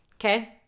okay